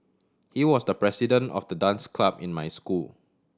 he was the president of the dance club in my school